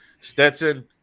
Stetson